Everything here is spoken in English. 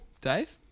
Dave